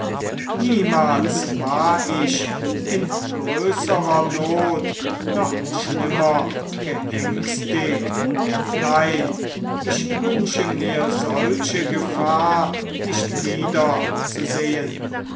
niemals war ich in größerer not noch schlimmer geängstigt nein ich wünsche mir solche gefahr nicht wiederzusehen